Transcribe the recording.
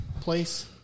place